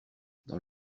dans